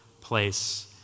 place